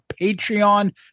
patreon